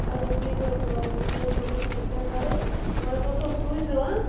اَدٕ حظ ٹھیٖک حظ چھُ وَل وٕچھو حظ صبُحس تیٚلہِ کیٛاہ کَرو مگر صُبحس سوٗزیو ہا